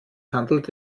handelt